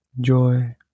Joy